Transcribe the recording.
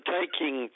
taking